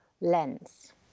lens